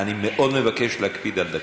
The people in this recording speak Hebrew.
אני מאוד מבקש להקפיד על דקה.